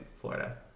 florida